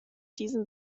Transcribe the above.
diesen